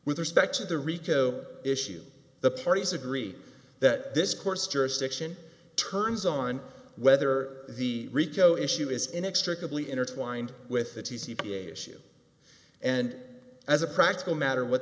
with respect to the rico issue the parties agree that this court's jurisdiction turns on whether the rico issue is inextricably intertwined with the t c p issue and as a practical matter what